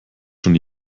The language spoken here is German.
schon